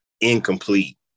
incomplete